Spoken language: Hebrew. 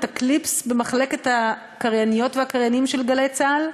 את הקליפס במחלקת הקרייניות והקריינים של גלי צה"ל?